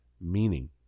meaning